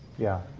yeah.